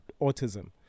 autism